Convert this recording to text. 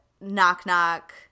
knock-knock